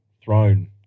throne